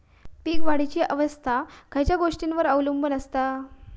पीक वाढीची अवस्था खयच्या गोष्टींवर अवलंबून असता?